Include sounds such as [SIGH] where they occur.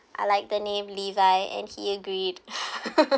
I like the name levi and he agreed it [LAUGHS]